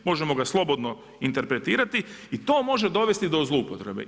Možemo ga slobodno interpretirati i to može dovesti do zloupotrebe.